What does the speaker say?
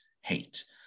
hate